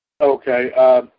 Okay